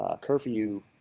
curfew